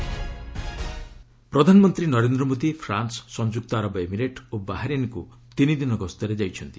PM visit ପ୍ରଧାନମନ୍ତ୍ରୀ Narendra Modi France ସଂଯୁକ୍ତ ଆରବ ଏମିରେଟ୍ ଓ ବାହାରିନ୍କୁ ତିନିଦିନ ଗସ୍ତରେ ଯାଇଛନ୍ତି